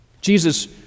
Jesus